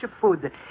food